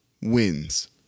wins